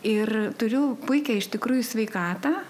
ir turiu puikią iš tikrųjų sveikatą